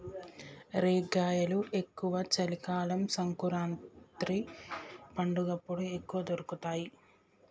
రేగ్గాయలు ఎక్కువ చలి కాలం సంకురాత్రి పండగప్పుడు ఎక్కువ దొరుకుతాయి